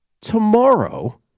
Tomorrow